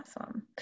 Awesome